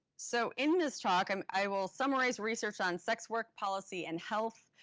so in this talk, and i will summarize research on sex work, policy, and health.